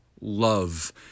love